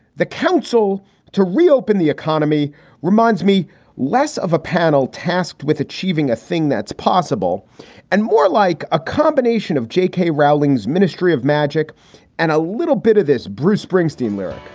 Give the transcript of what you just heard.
the council to reopen the economy reminds me less of a panel tasked with achieving a thing that's possible and more like a combination of j k. rowling's ministry of magic and a little bit of this bruce springsteen lyric